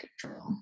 control